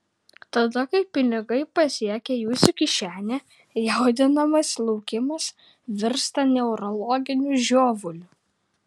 tada kai pinigai pasiekia jūsų kišenę jaudinamas laukimas virsta neurologiniu žiovuliu